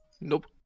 Nope